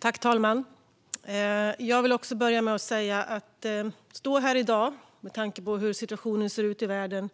Fru talman! Jag vill börja med att säga att det kan kännas så där att stå här i dag och diskutera inkomstskatter med tanke på hur situationen ser ut i världen.